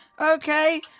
Okay